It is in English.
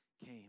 came